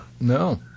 no